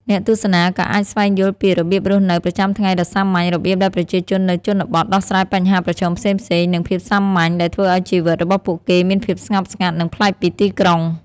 អ្នកទស្សនាក៏អាចស្វែងយល់ពី របៀបរស់នៅប្រចាំថ្ងៃដ៏សាមញ្ញ របៀបដែលប្រជាជននៅជនបទដោះស្រាយបញ្ហាប្រឈមផ្សេងៗ និង ភាពសាមញ្ញដែលធ្វើឱ្យជីវិតរបស់ពួកគេមានភាពស្ងប់ស្ងាត់ និងប្លែកពីទីក្រុង។